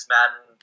Madden